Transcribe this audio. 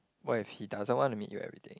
what if he doesn't want to meet you everyday